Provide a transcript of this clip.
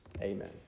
amen